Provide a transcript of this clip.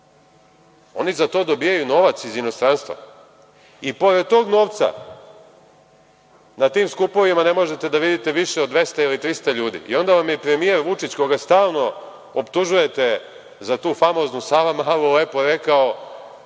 oni za to dobijaju novac iz inostranstva. I, pored tog novca, na tim skupovima ne možete da vidite više od 200 ili 300 ljudi. I onda vam je premijer Vučić, koga stalno optužujete za tu famoznu Savamalu, lepo rekao